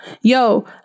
Yo